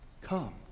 come